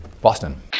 Boston